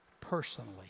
personally